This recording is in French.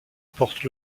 portent